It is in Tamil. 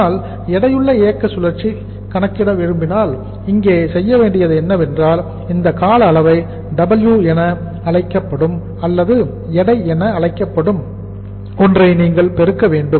ஆனால் எடையுள்ள இயக்க சுழற்சியை கணக்கிட விரும்பினால் இங்கே செய்ய வேண்டியது என்னவென்றால் இந்த கால அளவை W என அழைக்கப்படும் அல்லது எடை என அழைக்கப்படும் ஒன்றை நீங்கள் பெருக்க வேண்டும்